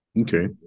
Okay